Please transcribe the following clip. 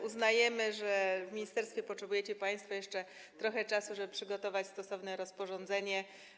Uznajemy, że w ministerstwie potrzebujecie państwo jeszcze trochę czasu, żeby przygotować stosowne rozporządzenie.